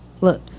Look